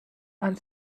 and